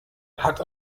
hat